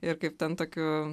ir kaip ten tokiu